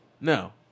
No